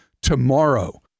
tomorrow